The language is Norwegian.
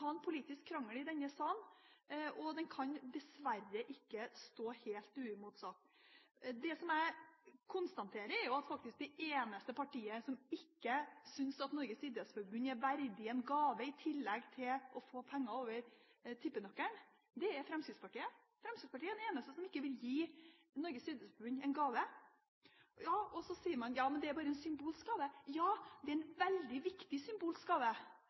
politisk krangel i denne salen, og den kan dessverre ikke stå helt uimotsagt. Det jeg konstaterer, er at faktisk det eneste partiet som ikke synes at Norges idrettsforbund er verdig en gave i tillegg til å få penger over tippenøkkelen, er Fremskrittspartiet. Fremskrittspartiet er det eneste partiet som ikke vil gi Norges idrettsforbund en gave. Så sier man: Ja, men det er bare en symbolsk gave. Ja, det er en veldig viktig